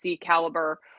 caliber